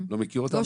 לא מכיר אותם.